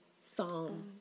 Psalm